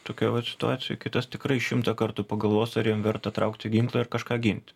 tokioj vat situacijoj kitas tikrai šimtą kartų pagalvos ar jam verta traukti ginklą ir kažką gint